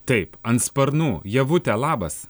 taip ant sparnų ievute labas